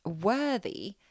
worthy